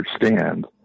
understand